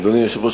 אדוני היושב-ראש,